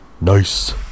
Nice